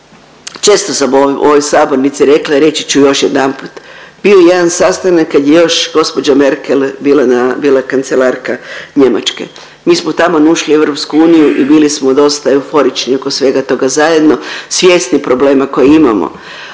Često sam u ovoj sabornici rekla i reći ću još jedanput. Bio je jedan sastanak kad je još gospođa Merkel bila na, bila kancelarka Njemačke. Mi smo taman ušli u EU i bili smo dosta euforični oko svega toga zajedno svjesni problema koje imamo.